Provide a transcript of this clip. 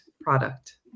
product